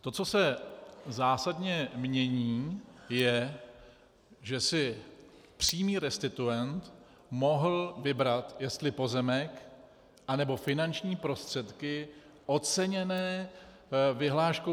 To, co se zásadně mění, je, že si přímý restituent mohl vybrat, jestli pozemek, anebo finanční prostředky oceněné vyhláškou v roce 1991.